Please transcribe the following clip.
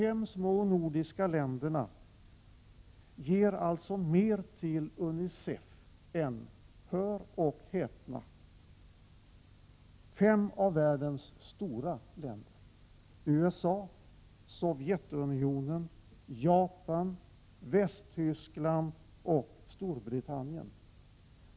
De fem små nordiska länderna ger mer till UNICEF än — hör och häpna — fem av världens stora länder: USA, Sovjetunionen, Japan, Västtyskland och Storbritannien.